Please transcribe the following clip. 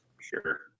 Sure